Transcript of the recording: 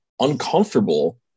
uncomfortable